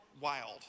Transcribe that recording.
wild